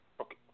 Okay